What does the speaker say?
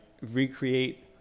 recreate